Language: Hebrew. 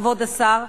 כבוד השר,